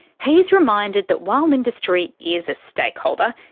he's reminded that while industry is a stakeholder,